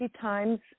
times